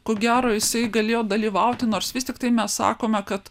ko gero jisai galėjo dalyvauti nors vis tiktai mes sakome kad